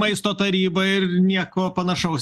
maisto tarybą ir nieko panašaus